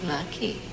Lucky